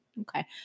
Okay